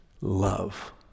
love